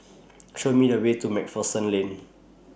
Show Me The Way to MacPherson Lane